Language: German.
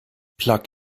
plug